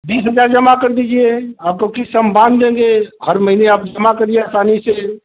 बीस रुपया जमा कर दीजिए आपको क़िश्त हम बाँध देंगे हर महीने आप जमा करिए आसानी से